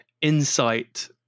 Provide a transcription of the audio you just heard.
insight